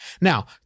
Now